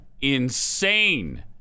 insane